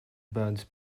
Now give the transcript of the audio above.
bēdas